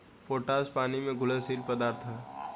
potash पानी में घुलनशील पदार्थ ह